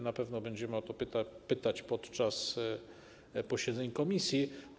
Na pewno będziemy o to pytać podczas posiedzeń komisji.